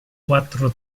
quattro